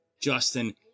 Justin